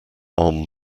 arm